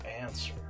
answer